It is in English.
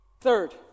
Third